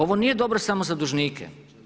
Ovo nije dobro samo za dužnike.